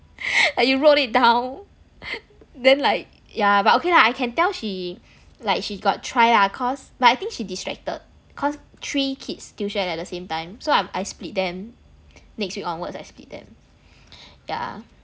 like you wrote it down then like yeah but okay lah I can tell she like she got try lah cause but I think she distracted cause three kids tuition at the same time so I'm I split them next week onwards I split them yeah